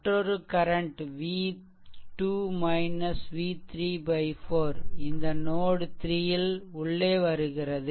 மற்றொரு current v2 v3 4 இந்த note 3 ல் உள்ளே வருகிறது